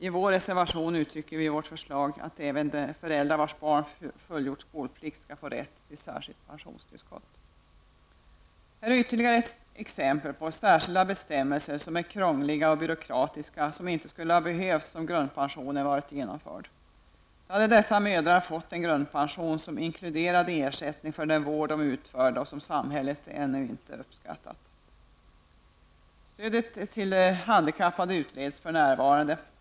I vår reservation föreslår vi att även föräldrar till barn som har fullgjort skolplikt skall få rätt till särskilt pensionstillskott. Här finns ytterligare ett exempel på särskilda bestämmelser, som är krångliga och byråkratiska och som inte skulle ha behövts om grundpensionen hade varit genomförd. Då hade dessa mödrar fått en grundpension, som inkluderade ersättning för den vård som de har utfört och som samhället ännu inte har visat någon uppskattning för. Frågan om stödet till handikappade utreds för närvarande.